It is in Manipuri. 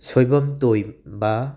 ꯁꯣꯏꯕꯝ ꯇꯣꯝꯕꯥ